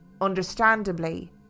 Understandably